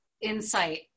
insight